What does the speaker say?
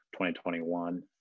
2021